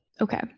Okay